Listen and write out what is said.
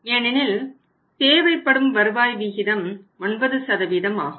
ஏனெனில் தேவைப்படும் வருவாய் விகிதம் 9 ஆகும்